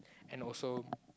and also